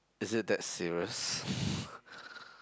is it that serious